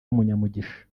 umunyamugisha